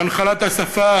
והנחלת השפה